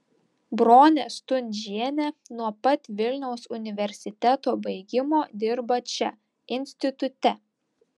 bronė stundžienė nuo pat vilniaus universiteto baigimo dirba čia institute